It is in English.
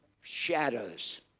Shadows